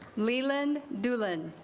leland medulla. and